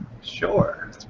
Sure